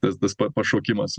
tas tas pašokimas